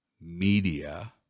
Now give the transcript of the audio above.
media